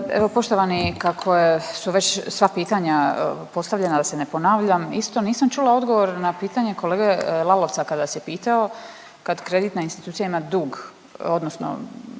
Evo poštovani, kako je su već sva pitanja postavljena, da se ne ponavljam, isto nisam čula odgovor na pitanje kolege Lalovca kad vas je pitao, kad kreditna institucija ima dug, odnosno